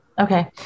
okay